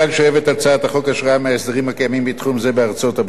שואבת הצעת החוק השראה מהסדרים הקיימים בתחום זה בארצות-הברית,